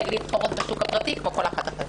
להתחרות בשוק הפרטי לאישה חרדית כמו לכל אחת אחרת.